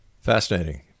Fascinating